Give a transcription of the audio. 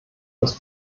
dass